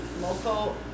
local